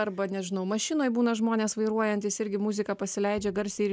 arba nežinau mašinoj būna žmonės vairuojantys irgi muziką pasileidžia garsiai ir